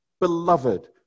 beloved